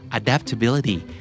adaptability